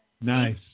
Nice